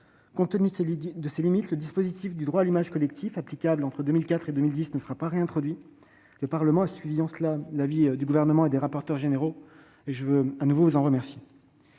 compte tenu de ses limites, le dispositif du droit à l'image collective applicable entre 2004 et 2010 ne sera pas réintroduit. Le Parlement a suivi, en cela, l'avis du Gouvernement et des rapporteurs généraux. Je veux de nouveau vous en remercier.